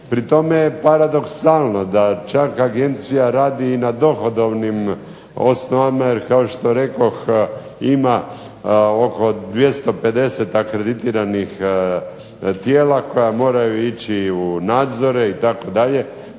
Pri tome je paradoksalno da čak Agencija radi i na dohodovnim osnovama, jer kao što rekoh ima oko 250 akreditiranih tijela koja moraju ići u nadzore itd.